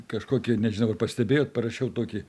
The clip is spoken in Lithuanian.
kažkokį nežinau ar pastebėjot parašiau tokį